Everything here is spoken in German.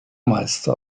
meister